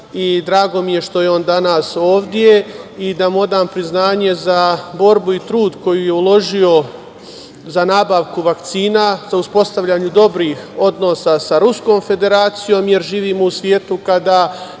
drago mi je što je on danas ovde i da mu odam priznanje za borbu i trud koju je uložio za nabavku vakcina, za uspostavljanje dobrih odnosa sa Ruskom Federacijom, jer živimo u svetu kada